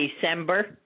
December